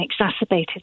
exacerbated